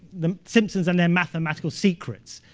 the simpsons and their mathematical secrets,